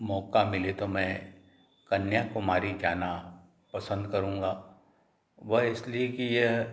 मौका मिले तो मैं कन्याकुमारी जाना पसंद करूँगा वह इसलिए कि यह